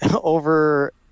over